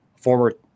former